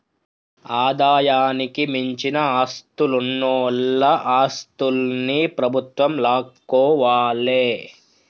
ఆదాయానికి మించిన ఆస్తులున్నోల ఆస్తుల్ని ప్రభుత్వం లాక్కోవాలే